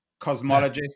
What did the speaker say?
cosmologist